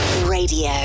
Radio